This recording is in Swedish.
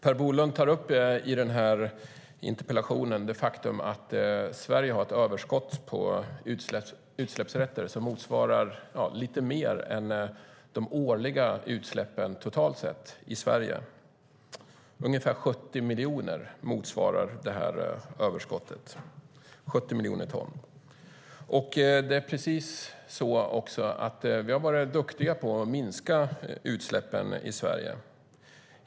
Per Bolund tar i interpellationen upp det faktum att Sverige har ett överskott på utsläppsrätter som motsvarar lite mer än de årliga utsläppen totalt sett i Sverige. Överskottet motsvarar ungefär 70 miljoner ton. Vi har varit duktiga på att minska utsläppen i Sverige.